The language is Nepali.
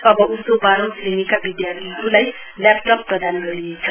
अव उसो बाह्रौं क्षेणीका विधार्यीहरूलाई ल्यापटप प्रदान गरिनेछ